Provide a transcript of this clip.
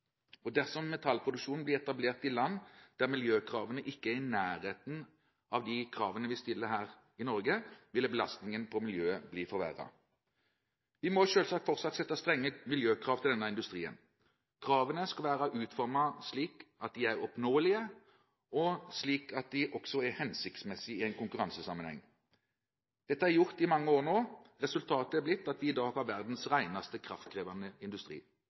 stede. Dersom metallproduksjonen blir etablert i land der miljøkravene ikke er i nærheten av de kravene vi stiller her i Norge, vil belastningen på miljøet bli forverret. Vi må selvsagt fortsatt sette strenge miljøkrav til denne industrien. Kravene skal være utformet slik at de er oppnåelige, og slik at de også er hensiktsmessige i en konkurransesammenheng. Dette er gjort i mange år nå. Resultatet har blitt at vi i dag har verdens reneste kraftkrevende industri.